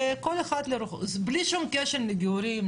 שבלי שום קשר לגיורים,